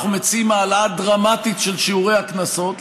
אנחנו מציעים העלאה דרמטית של שיעורי הקנסות,